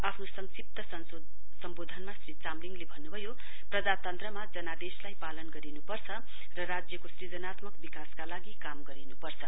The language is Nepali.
आफ्नो संक्षिप्त संशोधनमा श्री चामलिङले भन्नुभयो प्रजातन्त्रमा जनादेशलाई पालन गर्नुपर्छ र राज्यको सकारात्मक विकासका लागि काम गर्नुपर्छ